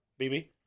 BB